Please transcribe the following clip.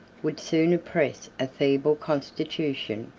would soon oppress a feeble constitution,